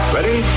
Ready